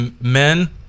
men